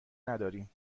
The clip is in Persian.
نداریم